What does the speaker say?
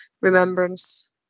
remembrance